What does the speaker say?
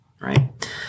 right